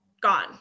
gone